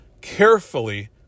carefully